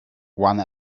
one